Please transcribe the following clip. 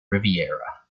riviera